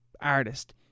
artist